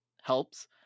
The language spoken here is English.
helps